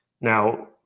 Now